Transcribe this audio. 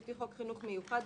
לפי חוק חינוך מיוחד,